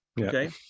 Okay